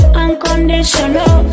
unconditional